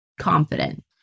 confident